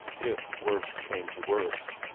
if worst came to worst.